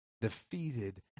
defeated